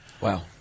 Wow